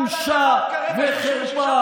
חבר הכנסת, בושה וחרפה.